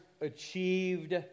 achieved